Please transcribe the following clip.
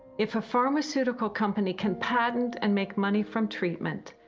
if a pharmaceutical company can patent and make money from treatment,